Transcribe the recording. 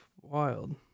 wild